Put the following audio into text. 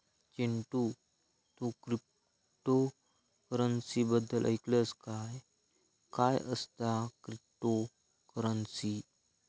चिंटू, तू क्रिप्टोकरंसी बद्दल ऐकलंस काय, काय असता क्रिप्टोकरंसी?